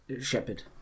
Shepherd